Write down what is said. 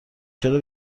چرا